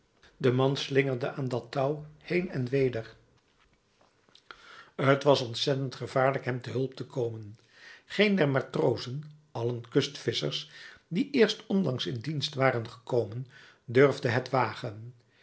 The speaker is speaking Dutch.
de man slingerde aan dat touw heen en weder t was ontzettend gevaarlijk hem te hulp te komen geen der matrozen allen kustvisschers die eerst onlangs in dienst waren gekomen durfde het wagen